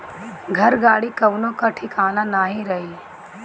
घर, गाड़ी कवनो कअ ठिकान नाइ रही